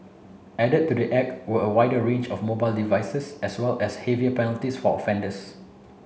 added to the act were a wider range of mobile devices as well as heavier penalties for offenders